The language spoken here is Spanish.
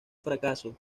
fracaso